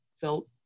felt